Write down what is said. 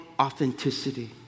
authenticity